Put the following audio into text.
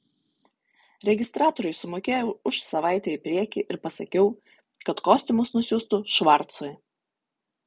registratoriui sumokėjau už savaitę į priekį ir pasakiau kad kostiumus nusiųstų švarcui